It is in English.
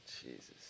Jesus